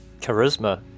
charisma